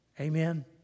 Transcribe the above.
amen